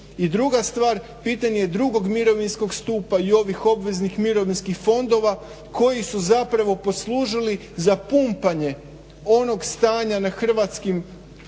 I druga stvar, pitanje drugog mirovinskog stupa i ovih obveznih mirovinskih fondova koji su poslužili za pumpanje onog stanja na hrvatskim burzama